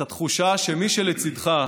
את התחושה שמי שלצידך,